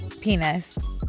penis